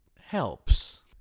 helps